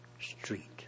street